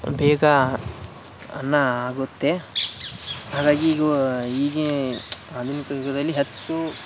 ಬೇಗ ಅನ್ನ ಆಗುತ್ತೆ ಹಾಗಾಗಿ ಇಗು ಈಗ ಆಧುನಿಕ ಯುಗದಲ್ಲಿ ಹೆಚ್ಚು